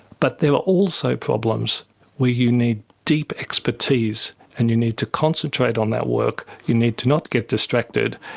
but there are also problems where you need deep expertise and you need to concentrate on that work, you need to not get distracted,